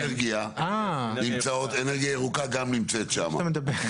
אנרגיה ירוקה גם נמצאת שם.